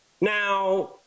Now